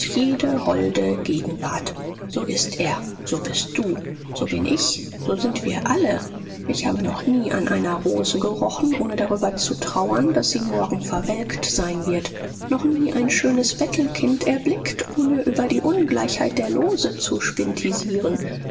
jede holde gegenwart so ist er so bist du so bin ich so sind wir alle ich habe noch nie an einer rose gerochen ohne darüber zu trauern daß sie morgen verwelkt sein wird noch nie ein schönes bettelkind erblickt ohne über die ungleichheit der lose zu